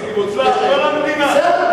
קיבוץ להב, המדינה.